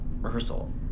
rehearsal